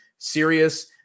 serious